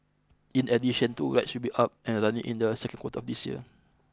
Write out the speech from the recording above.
in addition two rides should be up and running in the second quarter of this year